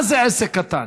מה זה עסק קטן?